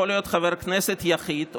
יכול להיות חבר כנסת יחיד,